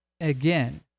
Again